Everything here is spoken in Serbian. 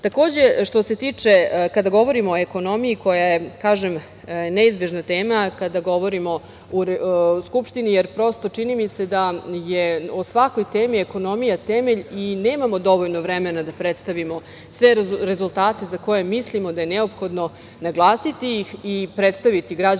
rasti. Takođe, kada govorimo o ekonomiji koja je kažem neizbežna tema, kada govorimo u Skupštini, jer prosto čini mi se da je u svakoj temi ekonomija temelj i nemamo dovoljno vremena da predstavimo sve rezultate za koje mislimo da je neophodno naglasiti ih i predstaviti građanima